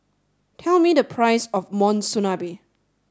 tell me the price of Monsunabe